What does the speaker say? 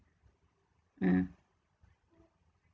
mm